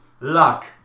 Luck